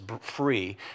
free